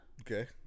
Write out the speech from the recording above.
okay